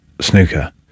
snooker